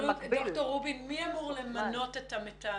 דוקטור רובין, מי אמור למנות את המתאמים?